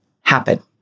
happen